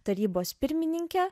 tarybos pirmininkė